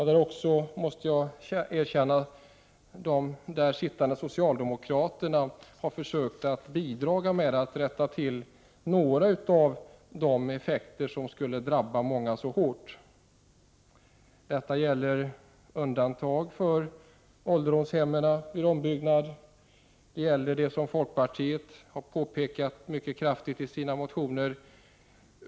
Där har även socialdemokraterna försökt bidra med att rätta till några av de effekter som skulle kunna drabba många så hårt. Man har gjort undantag för ombyggnad av ålderdomshem. Det gäller sådant som folkpartiet påpekat mycket kraftigt i sina motioner.